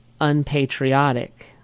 unpatriotic